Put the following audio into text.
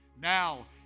Now